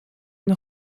une